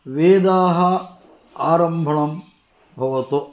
वेदाः आरम्भणं भवतु